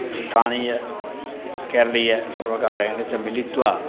स्थानीयकेरलीयसर्वकारेण च मिलित्वा